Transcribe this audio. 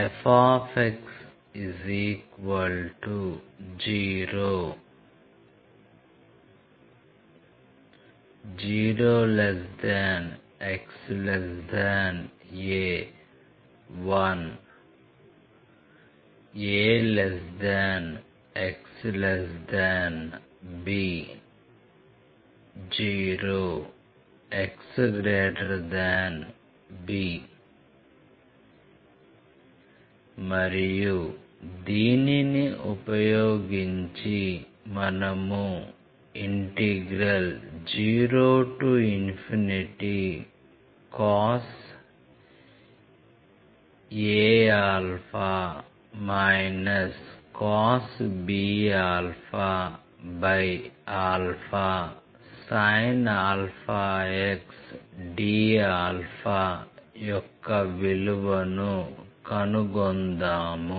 fx0 0xa 1 axb 0 xb మరియు దీనిని ఉపయోగించి మనము 0cos aα cos bα sin αx dα యొక్క విలువను కనుగొందాము